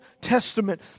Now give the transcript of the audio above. Testament